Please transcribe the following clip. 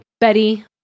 Betty